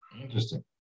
Interesting